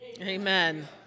Amen